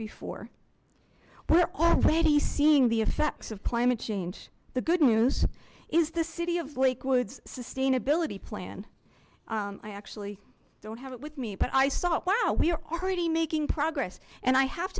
before we're already seeing the effects of climate change the good news is the city of lake woods sustainability plan i actually don't have it with me but i saw wow we are already making progress and i have